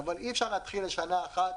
אבל אי אפשר להתחיל לשנה אחת.